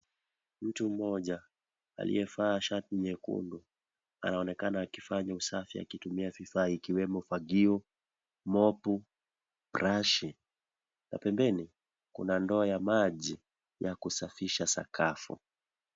Mtu mmoja alliyevaa shati nyekundu, anaonekana akifanya usafi akitumia vifaa ikiwemo fagio, mopu, brashi na pembeni kuna ndoo ya maji, ya kusafisha sakafu.